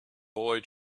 boy